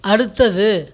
அடுத்தது